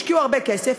השקיעו הרבה כסף,